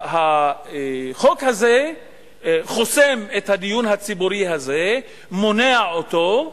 החוק הזה חוסם את הדיון הציבורי הזה, מונע אותו,